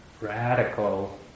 radical